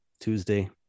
Tuesday